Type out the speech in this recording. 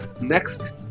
Next